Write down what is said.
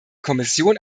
kommission